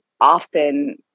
often